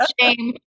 shame